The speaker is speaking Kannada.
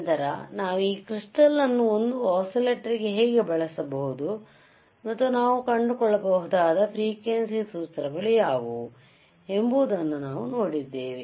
ನಂತರ ನಾವು ಈ ಕ್ರಿಸ್ಟಾಲ್ ಅನ್ನು ಒಂದು ಒಸಿಲೇಟಾರ್ ಹೇಗೆ ಬಳಸಬಹುದು ಮತ್ತು ನಾವು ಕಂಡುಕೊಳ್ಳಬಹುದಾದ ಫ್ರೇಕ್ವೆಂಸಿ ಸೂತ್ರಗಳು ಯಾವುವು ಎಂಬುದನ್ನು ನಾವು ನೋಡಿದ್ದೇವೆ